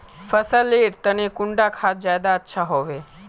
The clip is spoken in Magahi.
फसल लेर तने कुंडा खाद ज्यादा अच्छा हेवै?